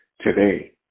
today